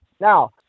now